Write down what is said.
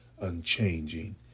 unchanging